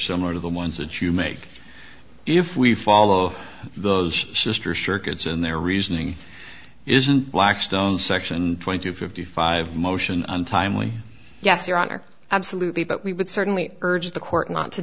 similar to the ones that you make if we follow those sisters circuits and their reasoning isn't blackstone section twenty two fifty five motion untimely yes your honor absolutely but we would certainly urge the court not to